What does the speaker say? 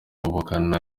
uhakana